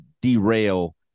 derail